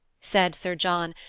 said sir john,